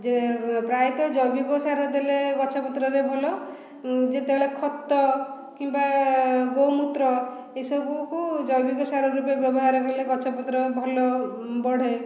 ଯେ ପ୍ରାୟତଃ ଜୈବିକ ସାର ଦେଲେ ଗଛପତ୍ରରେ ଭଲ ଯେତେବେଳେ ଖତ କିମ୍ବା ଗୋମୂତ୍ର ଏସବୁକୁ ଜୈବିକ ସାର ରୁପେ ବ୍ୟବହାର କଲେ ଗଛପତ୍ର ଭଲ ବଢେ